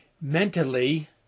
mentally